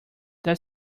there